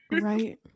Right